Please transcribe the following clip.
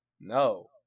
No